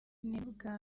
n’ubwa